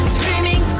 Screaming